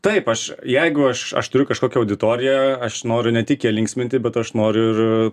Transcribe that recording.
taip aš jeigu aš aš turiu kažkokią auditoriją aš noriu ne tik ją linksminti bet aš noriu